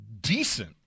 Decent